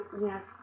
Yes